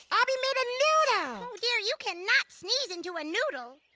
abby made a noodle. oh dear you cannot sneeze into a noodle.